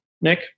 Nick